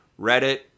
Reddit